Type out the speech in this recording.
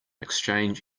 exchange